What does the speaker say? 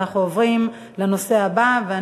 אנחנו עוברים לנושא הבא,